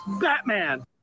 Batman